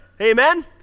Amen